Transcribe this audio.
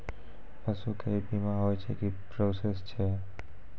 पसु के भी बीमा होय छै, की प्रोसेस छै?